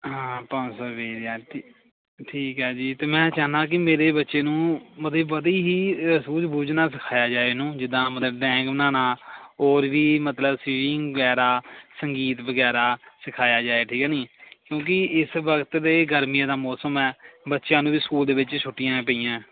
ਹਾਂ ਪੰਜ ਸੌ ਰੁਪਿਆ ਠੀ ਠੀਕ ਆ ਜੀ ਅਤੇ ਮੈਂ ਚਾਹੁੰਦਾ ਕਿ ਮੇਰੇ ਬੱਚੇ ਨੂੰ ਮਤਲਬ ਬੜੀ ਹੀ ਸੂਝ ਬੂਝ ਨਾਲ ਸਿਖਾਇਆ ਜਾਵੇ ਇਹਨੂੰ ਜਿੱਦਾਂ ਮਤਲਬ ਡਰਾਇੰਗ ਬਣਾਉਣਾ ਹੋਰ ਵੀ ਮਤਲਬ ਸਵੀਮਿੰਗ ਵਗੈਰਾ ਸੰਗੀਤ ਵਗੈਰਾ ਸਿਖਾਇਆ ਜਾਵੇ ਠੀਕ ਹੈ ਨੀ ਕਿਉਂਕਿ ਇਸ ਵਕਤ ਤਾਂ ਗਰਮੀਆਂ ਦਾ ਮੌਸਮ ਹੈ ਬੱਚਿਆਂ ਨੂੰ ਵੀ ਸਕੂਲ ਦੇ ਵਿੱਚ ਛੁੱਟੀਆਂ ਪਈਆਂ